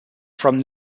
from